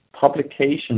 publication